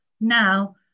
now